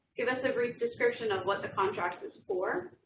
give us a brief description of what the contract is for.